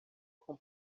com